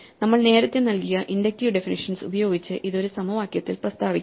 നമ്മൾ നേരത്തെ നൽകിയ ഇൻഡക്റ്റീവ് ഡെഫിനിഷ്യൻസ് ഉപയോഗിച്ച് ഇത് ഒരു സമവാക്യത്തിൽ പ്രസ്താവിക്കാം